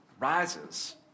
rises